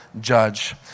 judge